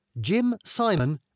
Jimsimon